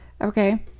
okay